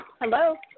Hello